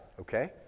okay